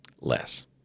less